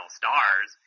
stars